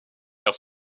car